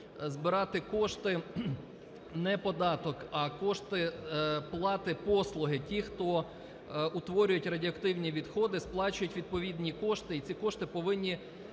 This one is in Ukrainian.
збирати кошти, не податок, а кошти плати послуг, ті хто утворюють радіоактивні відходи, сплачують відповідні кошти і ці кошти повинні